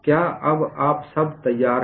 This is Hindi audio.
क्या अब आप सब तैयार हैं